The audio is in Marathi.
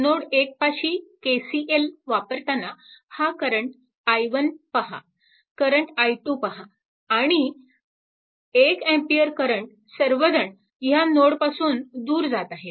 नोड 1 पाशी KCL वापरताना हा करंट i1 पहा करंट i2 पहा आणि 1A करंट सर्वजण ह्या नोड पासून दूर जात आहेत